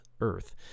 earth